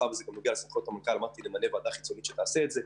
מיניתי ועדה חיצונית שתטפל בזה.